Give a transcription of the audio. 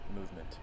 movement